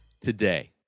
today